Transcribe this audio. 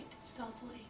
stealthily